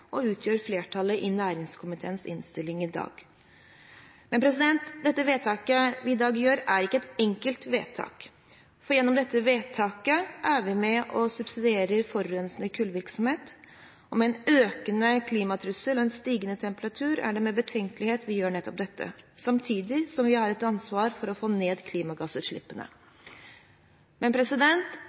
og utgjør flertallet i næringskomiteens innstilling i dag. Men dette vedtaket vi i dag gjør, er ikke et enkelt vedtak, for gjennom dette vedtaket er vi med og subsidierer forurensende kullvirksomhet. Med en økende klimatrussel og stigende temperatur er det med betenkelighet vi gjør nettopp dette samtidig som vi har et ansvar for å få ned klimagassutslippene. Men